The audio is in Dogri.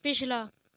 पिछला